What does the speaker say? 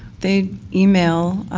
the email,